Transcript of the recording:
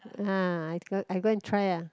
[huh] I I go and try ah